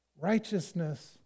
righteousness